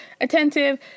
attentive